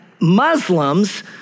Muslims